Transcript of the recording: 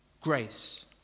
grace